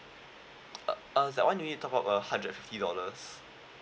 uh that one you need top up a hundred fifty dollars